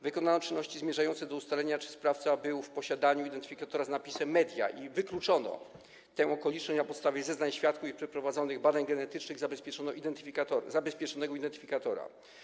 Wykonano czynności zmierzające do ustalenia, czy sprawca był w posiadaniu identyfikatora z napisem „media”, i wykluczono tę okoliczność na podstawie zeznań świadków i przeprowadzonych badań genetycznych zabezpieczonego identyfikatora.